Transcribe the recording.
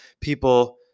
people